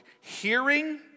hearing